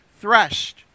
threshed